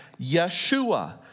Yeshua